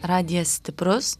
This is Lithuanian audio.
radijas stiprus